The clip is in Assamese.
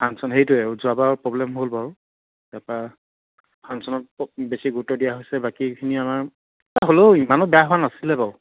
ফাংচন সেইটোৱে যোৱাবাৰ প্ৰ'ব্লেম হ'ল বাৰু তাৰপৰা ফাংচনত বেছি গুৰুত্ব দিয়া হৈছে বাকীখিনি আমাৰ হ'লেও ইমানো বেয়া হোৱা নাছিলে বাাৰু